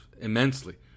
immensely